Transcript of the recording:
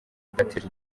byateje